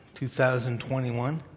2021